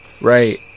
Right